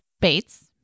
Bates